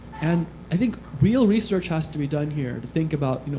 and i think real research has to be done here to think about, you know